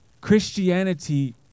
Christianity